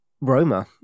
Roma